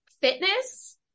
Fitness